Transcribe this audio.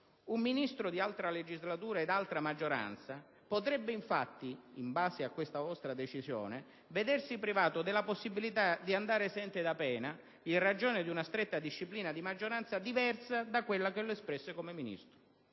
Un Ministro di altra legislatura ed altra maggioranza potrebbe, in base a tale decisione, vedersi privato della possibilità di andare esente da pena, in ragione di una stretta disciplina di maggioranza diversa da quella che lo espresse come Ministro.